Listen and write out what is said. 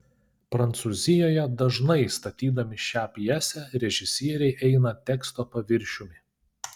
prancūzijoje dažnai statydami šią pjesę režisieriai eina teksto paviršiumi